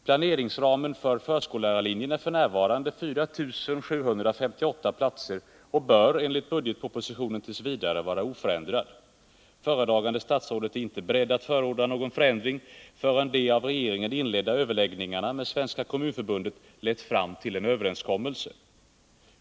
Planeringsramen för förskollärarlinjen är f. n. 4 758 platser och bör enligt budgetpropositionen t. v. vara oförändrad. Föredragande statsrådet är inte beredd att förorda någon ändring, förrän de av regeringen inledda överläggningarna med Svenska kommunförbundet lett fram till en överenskommelse.